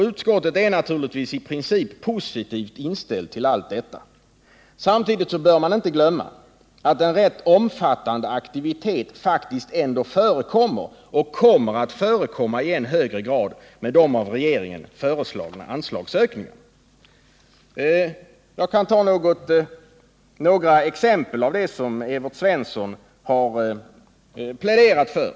Utskottet är naturligtvis i princip positivt inställt till allt detta. Samtidigt bör man inte glömma att en rätt omfattande aktivitet faktiskt förekommer och kommer att förekomma i än högre grad med de av Jag kan nämna några exempel på sådant som Evert Svensson har pläderat för.